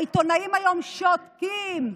העיתונאים היום שותקים.